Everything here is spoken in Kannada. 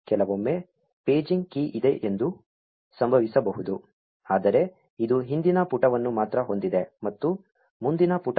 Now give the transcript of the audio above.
ಕೆಲವೊಮ್ಮೆ ಪೇಜಿಂಗ್ ಕೀ ಇದೆ ಎಂದು ಸಂಭವಿಸಬಹುದು ಆದರೆ ಇದು ಹಿಂದಿನ ಪುಟವನ್ನು ಮಾತ್ರ ಹೊಂದಿದೆ ಮತ್ತು ಮುಂದಿನ ಪುಟವಿಲ್ಲ